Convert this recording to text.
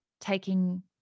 taking